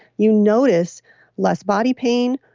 you notice less body pain,